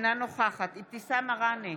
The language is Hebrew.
אינה נוכחת אבתיסאם מראענה,